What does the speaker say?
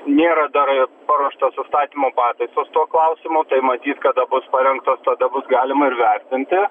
nėra dar paruoštos įstatymo pataisos tuo klausimu tai matyt kada bus parengtos tada bus galima ir vertinti